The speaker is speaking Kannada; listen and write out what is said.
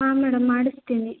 ಹಾಂ ಮೇಡಮ್ ಮಾಡಿಸ್ತೀವಿ